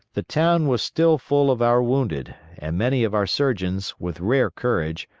the town was still full of our wounded, and many of our surgeons, with rare courage,